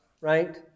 right